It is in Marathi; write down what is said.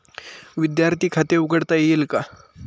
विद्यार्थी खाते उघडता येईल का?